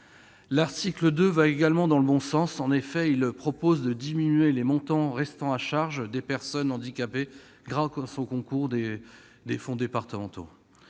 L'article 2 va également dans le bon sens. En effet, il propose de diminuer les montants restant à la charge des personnes handicapées, grâce au concours des fonds départementaux.